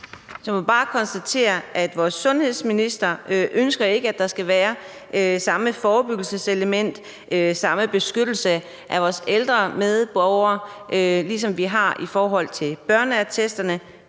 jeg bare konstatere, at vores sundheds- og ældreminister ikke ønsker, at der skal være samme forebyggelseselement, altså samme beskyttelse af vores ældre medborgere, som vi har i forhold til børneattesterne.